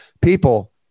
people